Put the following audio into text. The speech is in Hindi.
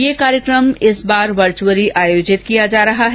यह कार्यक्रम इस बार वर्चुअल आयोजित किया जा रहा है